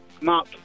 Mark